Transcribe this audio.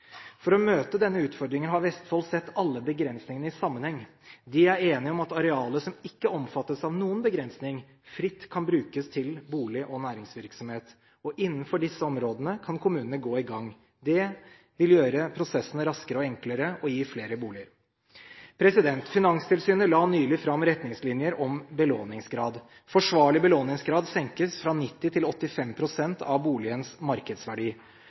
For å møte denne utfordringen har Vestfold sett alle begrensningene i sammenheng. De er enige om at arealet som ikke omfattes av noen begrensning, fritt kan brukes til bolig- og næringsvirksomhet, og innenfor disse områdene kan kommunene gå i gang. Det vil gjøre prosessene raskere og enklere og gi flere boliger. Finanstilsynet la nylig fram nye retningslinjer om belåningsgrad. Forsvarlig belåningsgrad senkes fra 90 til 85 pst. av boligens markedsverdi.